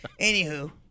Anywho